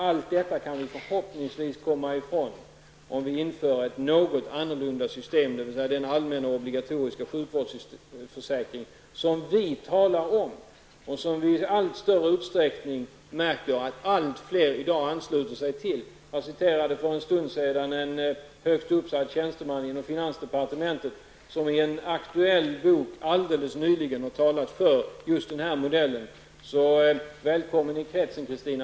Allt detta kan vi förhoppningsvis komma ifrån om vi inför ett något annorlunda system, dvs. den allmänna obligatoriska sjukvårdsförsäkring som vi talar om och som vi märker att alltfler människor i dag ansluter sig till. Jag citerade för en stund sedan en högt uppsatt tjänsteman inom finansdepartementet som i en aktuell bok alldeles nyligen har talat för just denna modell. Välkommen i kretsen, Christina